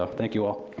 um thank you all.